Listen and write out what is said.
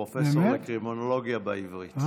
פרופ' לקרימינולוגיה באוניברסיטה העברית.